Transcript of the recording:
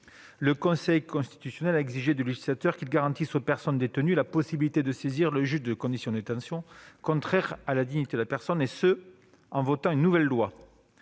le Conseil constitutionnel a exigé du législateur qu'il garantisse aux personnes détenues la possibilité de saisir le juge de conditions de détention contraires à la dignité de la personne, et ce en votant une nouvelle loi